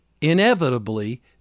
inevitably